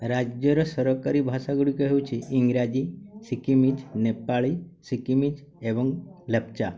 ରାଜ୍ୟର ସରକାରୀ ଭାଷାଗୁଡ଼ିକ ହେଉଛି ଇଂରାଜୀ ସିକିମିଜ୍ ନେପାଳୀ ସିକିମିଜ୍ ଏବଂ ଲେପ୍ଚା